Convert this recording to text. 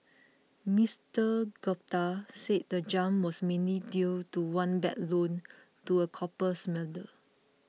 Mister Gupta said the jump was mainly due to one bad loan to a copper smelter